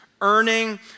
earning